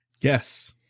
Yes